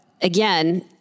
again